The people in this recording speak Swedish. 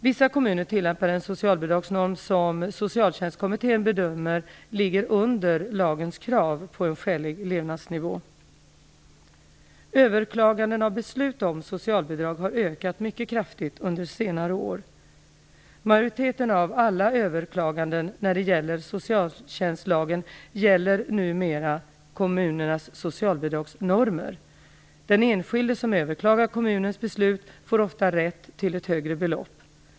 Vissa kommuner tillämpar en socialbidragsnorm som Socialtjänstkommittén bedömer ligger under lagens krav på en skälig levnadsnivå. Överklaganden av beslut om socialbidrag har ökat mycket kraftigt under senare år. Majoriteten av alla överklaganden när det gäller socialtjänstlagen gäller numera kommunernas socialbidragsnormer. Den enskilde som överklagar kommunens beslut får ofta rätt till ett högre belopp.